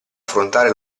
affrontare